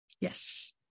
Yes